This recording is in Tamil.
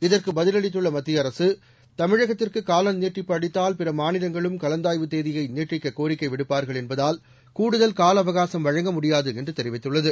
இதற்கு பதிலளித்துள்ள மத்திய அரசு தமிழகத்திற்கு கால நீட்டிப்பு அளித்தால் பிற மாநிலங்களும் கலந்தாய்வு தேதியை நீட்டிக்க கோரிக்கை விடுப்பார்கள் என்பதால் கூடுதல் காலஅவகாசம் வழங்கமுடியாது என்று தெரிவித்துள்ளது